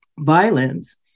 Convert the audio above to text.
violence